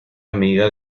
amiga